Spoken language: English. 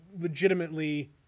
legitimately